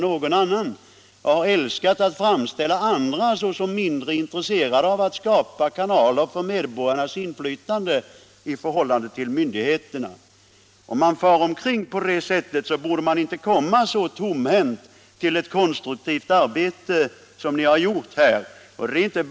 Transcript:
Ni har älskat att framställa andra som mindre intresserade av att skapa kanaler för medborgarnas inflytande i förhållande till myndigheterna. När ni nu har farit omkring på det sättet borde ni inte ha kommit så tomhänta till ett konstruktivt arbete som ni har gjort i det här fallet.